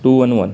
two one one